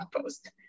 post